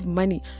money